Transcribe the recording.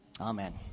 Amen